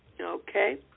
okay